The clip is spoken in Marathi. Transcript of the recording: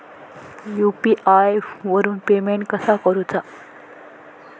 यू.पी.आय वरून पेमेंट कसा करूचा?